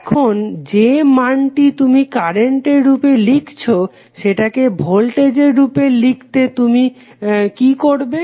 এখন যে মানটি তুমি কারেন্টের রূপে লিখেছো সেটাকে ভোল্টেজের রূপে লিখতে তুমি কি করবে